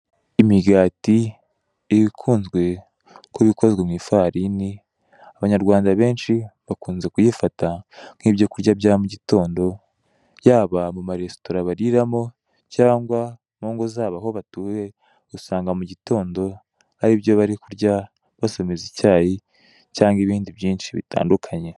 Imigati ikunzwe kuba ikozwe mu ifarini, abanyarwanda benshi bakunze kuyifata nk'ibyo kurya bya mu gitondo; yaba mu maresitora bariramo cyangwa mu ngo zabo aho batuye; usanga mu gitondo ari ibyo bari kurya, basomeza icyayi cyangwa ibindi byinshi bitandukanye.